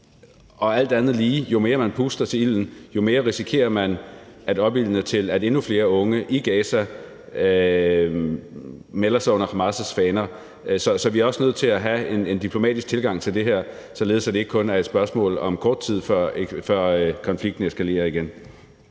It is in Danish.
Alt andet lige, jo mere man puster til ilden, jo mere risikerer man at opildne til, at endnu flere unge i Gaza melder sig under Hamas' faner. Så vi er også nødt til at have en diplomatisk tilgang til det her, således at det ikke kun er et spørgsmål om kort tid, før konflikten eskalerer igen.